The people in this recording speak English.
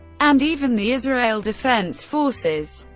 and even the israel defense forces.